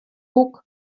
boek